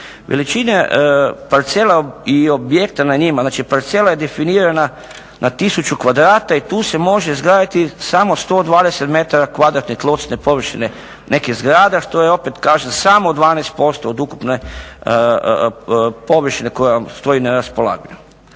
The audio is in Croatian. Veličine parcela i objekta na njima, znači parcela je definirana na tisuću kvadrata i tu se može izgraditi samo 120 metara kvadratne tlocrtne površine nekih zgrada što je opet kažem samo 12% od ukupne površine koja stoji na raspolaganju.